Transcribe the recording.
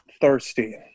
thirsty